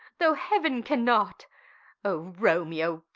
though heaven cannot o romeo,